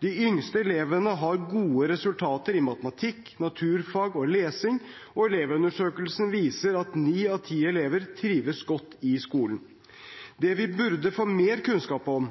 De yngste elevene har gode resultater i matematikk, naturfag og lesing, og Elevundersøkelsen viser at ni av ti elever trives godt i skolen. Det vi burde få mer kunnskap om,